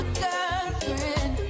girlfriend